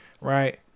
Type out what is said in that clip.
Right